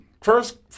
first